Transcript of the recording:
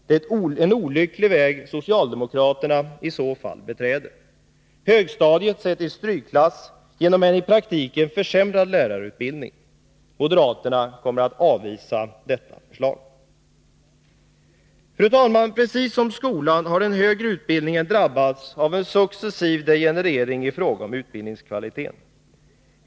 Det är en olycklig väg socialdemokraterna i så fall beträder. Högstadiet sätts i strykklass genom en i praktiken försämrad lärarutbildning. Moderaterna kommer att avvisa detta förslag. Precis som skolan har den högre utbildningen drabbats av en successiv degenerering i fråga om utbildningskvaliteten.